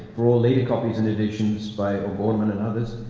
for all later copies and editions by o'gorman and others.